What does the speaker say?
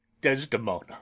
desdemona